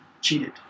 cheated